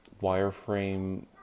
Wireframe